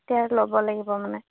এতিয়া ল'ব লাগিব মানে